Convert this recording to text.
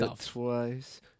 twice